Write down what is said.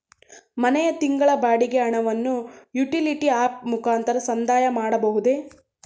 ಮನೆಯ ತಿಂಗಳ ಬಾಡಿಗೆ ಹಣವನ್ನು ಯುಟಿಲಿಟಿ ಆಪ್ ಮುಖಾಂತರ ಸಂದಾಯ ಮಾಡಬಹುದೇ?